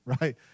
right